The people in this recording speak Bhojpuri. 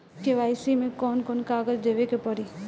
के.वाइ.सी मे कौन कौन कागज देवे के पड़ी?